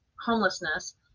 homelessness